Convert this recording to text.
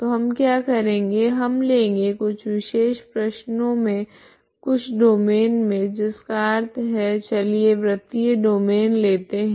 तो हम क्या करेगे हम लेगे हम कुछ विशेष प्रश्नों मे कुछ डोमैन मे जिसका अर्थ है चलिए वृत्तीय डोमैन लेते है